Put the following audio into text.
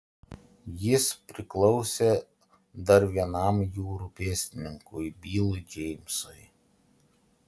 jis priklausė dar vienam jūrų pėstininkui bilui džeimsui